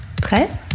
Prêt